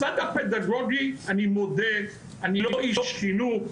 הצד הפדגוגי, אני מודה, אני לא איש חינוך.